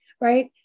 right